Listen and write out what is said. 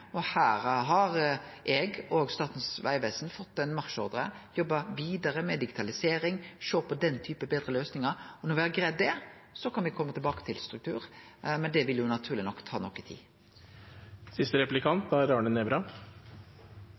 og her har eg og Statens vegvesen fått ein marsjordre om å jobbe vidare med digitalisering og sjå på den typen betre løysingar. Når me har greidd det, kan me kome tilbake til struktur, men det vil naturleg nok ta